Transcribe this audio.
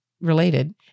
related